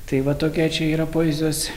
tai va tokia čia yra poezijos